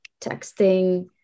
texting